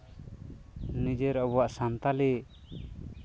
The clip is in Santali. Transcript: ᱱᱤᱡᱮᱨ ᱟᱵᱚᱣᱟᱜ ᱥᱟᱱᱛᱟᱞᱤ